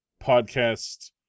podcast